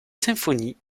symphonie